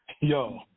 Yo